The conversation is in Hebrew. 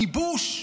הכיבוש,